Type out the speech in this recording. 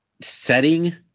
setting